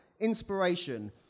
Inspiration